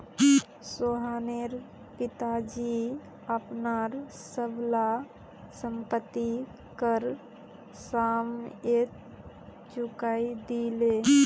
सोहनेर पिताजी अपनार सब ला संपति कर समयेत चुकई दिले